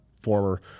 former